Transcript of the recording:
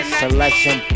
selection